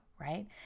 right